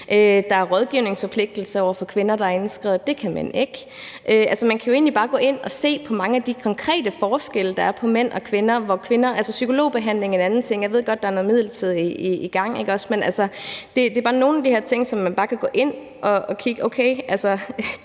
Der er rådgivningsforpligtelse over for kvinder, der er indskrevet; det er der ikke over for mænd. Man kan jo egentlig bare gå ind at se på mange af de konkrete forskelle, der er på mænd og kvinder. Psykologbehandling er en anden ting, og jeg ved godt, der er noget midlertidigt i gang. Men det er bare nogle af de her ting, som man kan gå ind at kigge